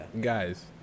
Guys